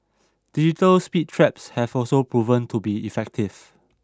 digital speed traps have also proven to be effective